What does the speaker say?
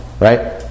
right